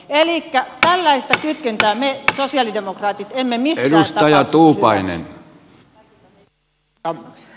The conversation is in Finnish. elikkä tällaista kytkentää me sosialidemokraatit emme missään tapauksessa hyväksy